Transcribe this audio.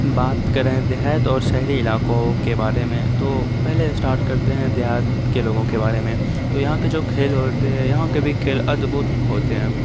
بات کریں دیہات اور شہری علاقوں کے بارے میں تو پہلے اسٹارٹ کرتے ہیں دیہات کے لوگوں کے بارے میں تو یہاں کے جو کھیل ہوتے ہیں یہاں کے بھی کھیل ادبھت ہوتے ہیں